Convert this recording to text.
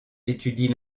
étudie